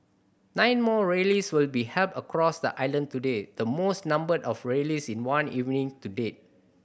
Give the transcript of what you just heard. nine more rallies will be held across the island today the most number of rallies in one evening to date